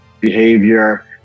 behavior